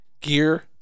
gear